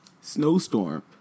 Snowstorm